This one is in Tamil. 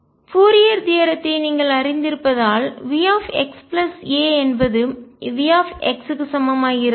ஃப்பூரியர் தியரம்த்தை தேற்றம் நீங்கள் அறிந்திருப்பதால் V x a என்பது V க்கு சமமாகிறது